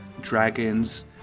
Dragons